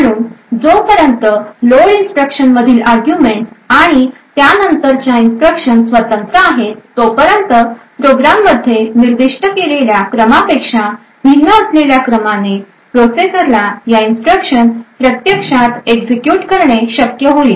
म्हणून जोपर्यंत load instruction मधील आर्ग्युमेंट्स आणि त्यानंतरच्या इन्स्ट्रक्शन स्वतंत्र आहेत तोपर्यंत प्रोग्राममध्ये निर्दिष्ट केलेल्या क्रमापेक्षा भिन्न असलेल्या क्रमाने प्रोसेसरला या इन्स्ट्रक्शन प्रत्यक्षात एक्झिक्युट करणे शक्य होईल